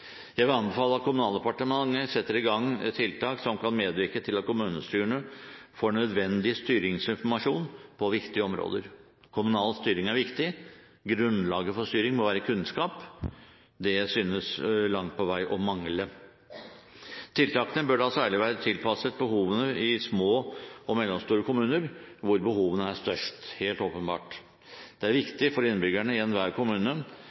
Jeg vil anbefale at Kommunaldepartementet setter i gang tiltak som kan medvirke til at kommunestyrene får nødvendig styringsinformasjon på viktige områder. Kommunal styring er viktig. Grunnlaget for styring må være kunnskap. Det synes langt på vei å mangle. Tiltakene bør da særlig være tilpasset behovene i små og mellomstore kommuner, hvor behovene er størst – helt åpenbart. Det er viktig for innbyggerne i enhver kommune